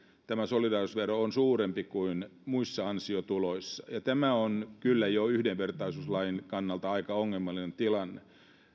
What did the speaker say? tämä solidaarisuusvero on suurempi kuin muissa ansiotuloissa ja tämä on kyllä jo yhdenvertaisuuslain kannalta aika ongelmallinen tilanne